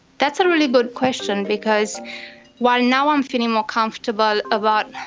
that's a really good question because while now i'm feeling more comfortable about